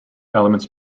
elements